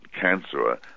cancer